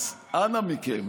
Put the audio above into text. אז אנא מכם.